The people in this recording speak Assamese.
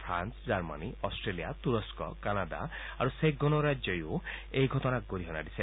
ফ্ৰান্স জাৰ্মনী অট্টেলিয়া তূৰস্ক কানাডা আৰু চেক্ গণৰাজ্য এই ঘটনাক গৰিহণা দিছে